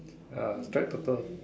ya strike Toto